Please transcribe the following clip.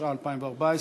התשע"ה 2014,